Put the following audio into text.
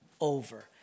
over